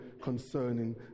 concerning